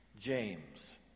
James